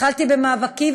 התחלתי במאבקי,